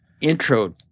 intro